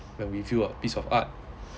then we feel a piece of art